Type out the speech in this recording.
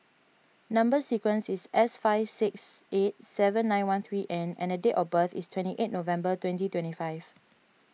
Number Sequence is S five six eight seven nine one three N and date of birth is twenty eighth November twenty twenty five